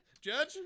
Judge